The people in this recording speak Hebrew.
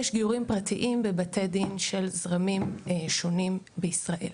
יש גיורים פרטיים בבתי דין של זרמים שונים בישראל.